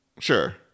Sure